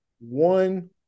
one